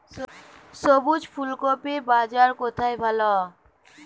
সবুজ ফুলকপির বাজার কোথায় ভালো?